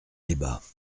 débats